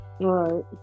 Right